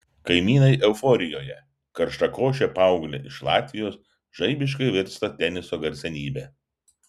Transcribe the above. kaimynai euforijoje karštakošė paauglė iš latvijos žaibiškai virsta teniso garsenybe